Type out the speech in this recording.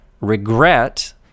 regret